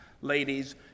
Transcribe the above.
ladies